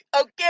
Okay